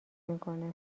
میکنه